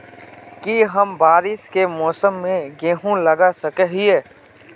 की हम बारिश के मौसम में गेंहू लगा सके हिए?